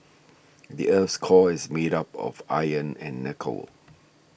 the earth's core is made up of iron and nickel